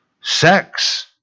sex